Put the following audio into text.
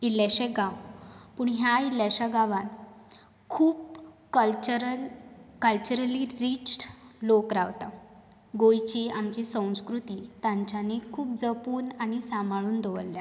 इल्लेशे गांव पूण ह्या इल्ल्याशां गांवांन खूब कल्चरल कल्चरली रिच् लोक रावतात गोंयची आमचीं संस्कृती तांच्यानी खूब जपून आनी सांबाळून दवरल्यां